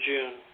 June